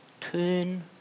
turn